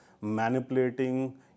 manipulating